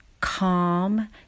calm